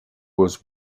was